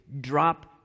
drop